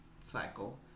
cycle